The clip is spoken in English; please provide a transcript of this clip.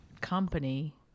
company